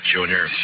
Junior